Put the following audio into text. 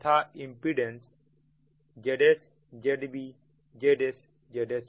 तथा इंपीडेंस ZsZsZsहै